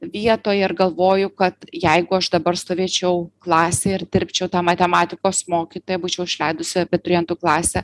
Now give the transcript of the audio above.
vietoje ir galvoju kad jeigu aš dabar stovėčiau klasėj ir dirbčiau ta matematikos mokytoja būčiau išleidusi abiturientų klasę